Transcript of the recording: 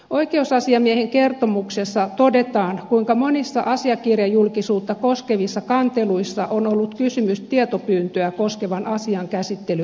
oikeusasiamiehen kertomuksessa todetaan kuinka monissa asiakirjajulkisuutta koskevissa kanteluissa on ollut kysymys tietopyyntöä koskevan asian käsittelyajasta